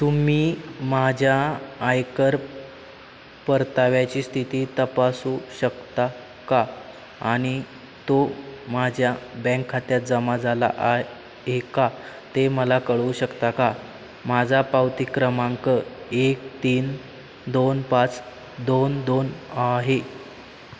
तुम्ही माझ्या आयकर परताव्याची स्थिती तपासू शकता का आणि तो माझ्या बँक खात्यात जमा झाला आहे का ते मला कळवू शकता का माझा पावती क्रमांक एक तीन दोन पाच दोन दोन आहे